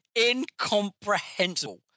incomprehensible